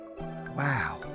wow